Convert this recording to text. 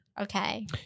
Okay